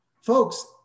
Folks